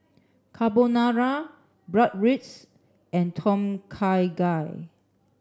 Carbonara Bratwurst and Tom Kha Gai